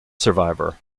survivor